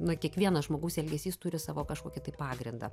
na kiekvieno žmogaus elgesys turi savo kažkokį tai pagrindą